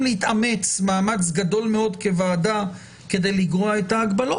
להתאמץ מאמץ גדול מאוד כוועדה כדי לגרוע את ההגבלות